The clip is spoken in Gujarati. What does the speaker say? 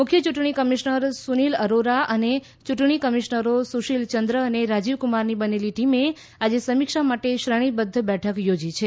મુખ્ય ચૂંટણી કમિશનર સુનીલ અરોરા અને ચૂંટણી કમિશનરો સુશીલચંદ્ર અને રાજીવ કુમારની બનેલી ટીમે આજે સમીક્ષા માટે શ્રેણીબદ્ધ બેઠક યોજી છે